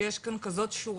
תהיה לו החותמת הנה,